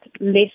less